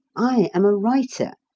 i am a writer,